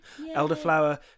elderflower